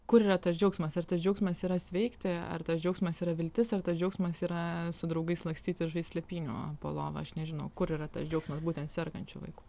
kur yra tas džiaugsmas ar tas džiaugsmas yra sveikti ar tas džiaugsmas yra viltis ar tas džiaugsmas yra su draugais lakstyt ir žaist slėpynių po lova aš nežinau kur yra tas džiaugsmas būtent sergančių vaikų